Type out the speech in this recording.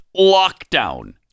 lockdown